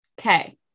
okay